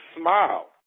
smile